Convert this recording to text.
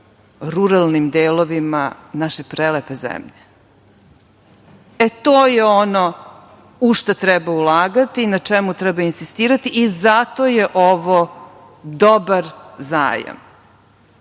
ruralnim delovima naše prelepe zemlje i to je ono u šta treba ulagati i na čemu treba insistirati i zato je ovo dobar zajam. Znam